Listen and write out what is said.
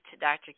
Dr